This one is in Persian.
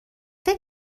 فکر